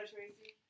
Tracy